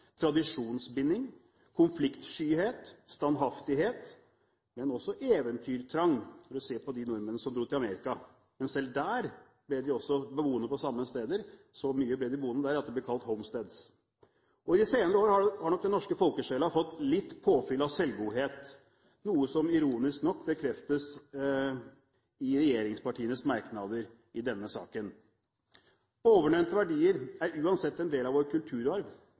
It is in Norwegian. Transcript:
tradisjonsbinding, konfliktskyhet, standhaftighet. Men man finner også eventyrtrang, for å se på de nordmennene som dro til Amerika: Selv der ble de boende på samme sted, så mye at de ble kalt «homesteads». I de senere år har nok den norske folkesjelen fått litt påfyll av selvgodhet, noe som ironisk nok bekreftes i regjeringspartienes merknader i denne saken. Ovennevnte verdier er uansett en del av vår kulturarv,